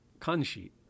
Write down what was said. kanshi